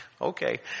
okay